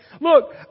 Look